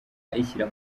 ayishyira